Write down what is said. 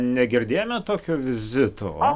negirdėjome tokio vizito